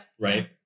right